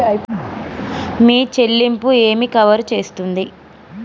మీ చెల్లింపు ఏమి కవర్ చేస్తుంది?